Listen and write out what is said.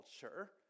culture